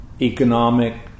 economic